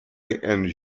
and